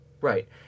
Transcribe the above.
Right